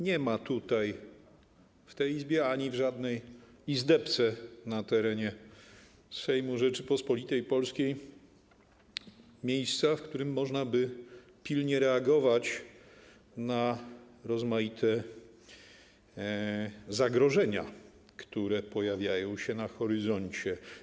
Nie ma w tej Izbie ani w żadnej izdebce na terenie Sejmu Rzeczypospolitej Polskiej miejsca, w którym można by pilnie reagować na rozmaite zagrożenia, które pojawiają się na horyzoncie.